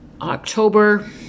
October